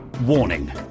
Warning